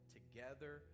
Together